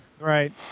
Right